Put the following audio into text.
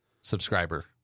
subscriber